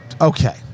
Okay